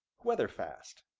weatherfast.